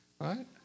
Right